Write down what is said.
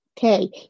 Okay